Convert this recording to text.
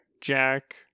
jack